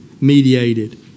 mediated